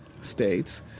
States